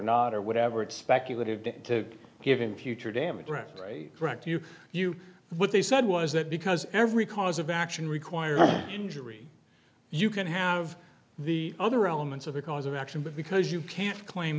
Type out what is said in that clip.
not or whatever it speculative to to give him future damage rectory correct you you what they said was that because every cause of action required injury you can have the other elements of a cause of action but because you can't claim